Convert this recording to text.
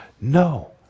No